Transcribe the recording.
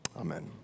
amen